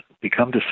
become